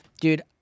Dude